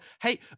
Hey